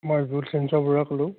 মই পৰা ক'লোঁ